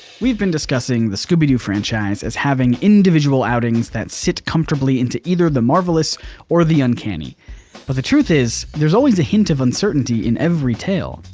we've been discussing the scooby-doo franchise as having individual outings that sit comfortably into either the marvelous or the uncanny but the truth is there's always a hint of uncertainty in every tale.